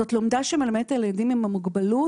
זאת לומדה שמלמדת את הילדים עם המוגבלות